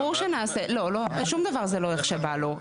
ברור שנעשה, שום דבר זה לא איך שבא לו.